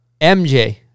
MJ